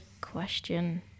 question